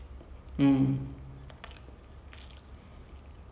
ரொம்ப நல்லா இருக்குன்னு யாரோ சொன்னாங்க:romba nallaa irukunnu yaaro sonnaanga